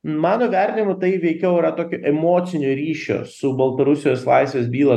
mano vertinimu tai veikiau yra tokio emocinio ryšio su baltarusijos laisvės byla